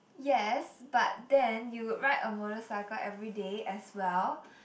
yes but then you would ride a motorcycle everyday as well